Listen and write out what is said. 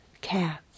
cats